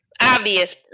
obvious